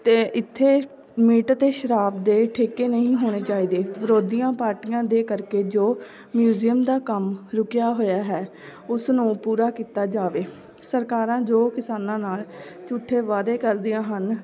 ਅਤੇ ਇੱਥੇ ਮੀਟ ਅਤੇ ਸ਼ਰਾਬ ਦੇ ਠੇਕੇ ਨਹੀਂ ਹੋਣੇ ਚਾਹੀਦੇ ਵਿਰੋਧੀਆਂ ਪਾਰਟੀਆਂ ਦੇ ਕਰਕੇ ਜੋ ਮਿਊਜ਼ੀਅਮ ਦਾ ਕੰਮ ਰੁਕਿਆ ਹੋਇਆ ਹੈ ਉਸ ਨੂੰ ਪੂਰਾ ਕੀਤਾ ਜਾਵੇ ਸਰਕਾਰਾਂ ਜੋ ਕਿਸਾਨਾਂ ਨਾਲ਼ ਝੂਠੇ ਵਾਅਦੇ ਕਰਦੀਆਂ ਹਨ